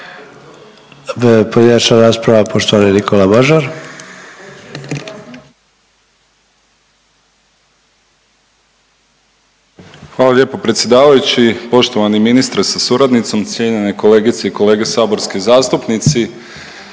Nikola Mažar. **Mažar, Nikola (HDZ)** Hvala lijepo predsjedavajući. Poštovani ministre sa suradnicom, cijenjene kolegice i kolege saborski zastupnici,